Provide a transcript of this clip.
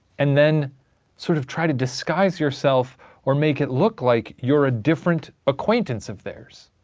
and then sort of try to disguise yourself or make it look like you're a different acquaintance of theirs?